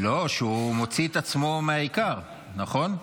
לא, שהוא מוציא את עצמו מהעיקר, נכון?